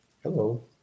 Hello